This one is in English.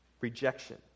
Rejection